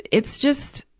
it's just,